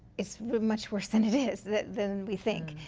it's much worse than it is than we think.